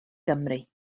gymru